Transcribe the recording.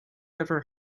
ever